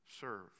serve